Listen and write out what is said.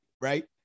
right